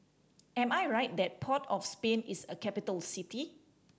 am I right that Port of Spain is a capital city